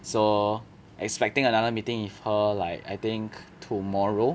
so expecting another meeting with her like I think tomorrow